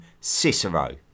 Cicero